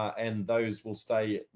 and those will stay,